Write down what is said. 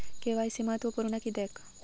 KYC महत्त्वपुर्ण किद्याक?